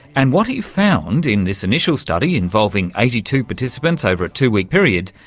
and what he found in this initial study involving eighty two participants over a two-week period,